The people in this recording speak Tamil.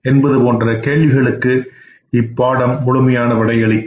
என்பது போன்ற கேள்விகளுக்கு இப்பாடம் விடையளிக்கும்